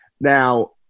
Now